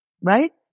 Right